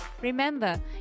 Remember